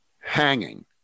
hanging